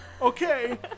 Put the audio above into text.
Okay